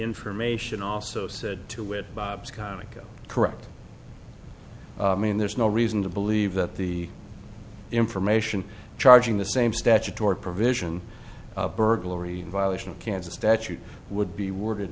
information also said to with bob's konica correct i mean there's no reason to believe that the information charging the same statutory provision burglary in violation of kansas statute would be worded